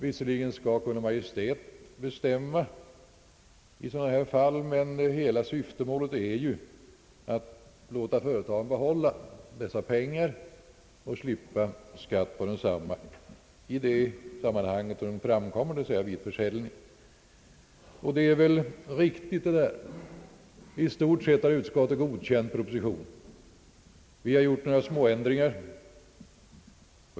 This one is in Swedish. Visserligen är det Kungl. Maj:t som skall bestämma i sådana fall, men syftemålet är ju att låta företagen behålla dessa pengar genom att skatt inte skall utgå på dessa i det sammanhang där de framkommer, nämligen vid försäljning. Detta tycker vi inom utskottet är riktigt, och vi har även i stort sett godkänt propositionen. Vi har emellertid gjort några småändringar.